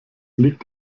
liegt